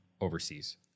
overseas